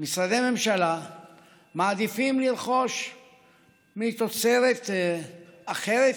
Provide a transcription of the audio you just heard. משרדי ממשלה מעדיפים לרכוש מתוצרת אחרת.